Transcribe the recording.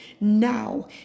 now